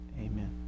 Amen